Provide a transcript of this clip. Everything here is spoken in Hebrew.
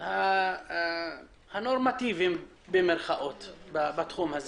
ה"נורמטיביים" בתחום.